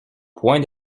point